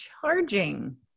charging